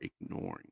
ignoring